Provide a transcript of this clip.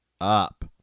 up